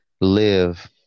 live